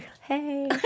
Hey